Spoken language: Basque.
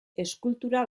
eskultura